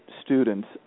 students